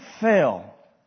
fail